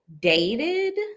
dated